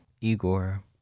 Igor